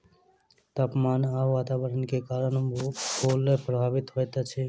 तापमान आ वातावरण के कारण फूल प्रभावित होइत अछि